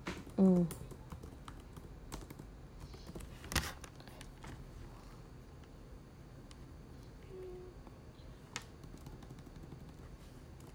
mm